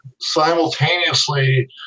simultaneously